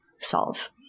solve